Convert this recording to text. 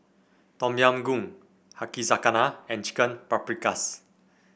Tom Yam Goong Yakizakana and Chicken Paprikas